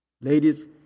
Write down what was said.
Ladies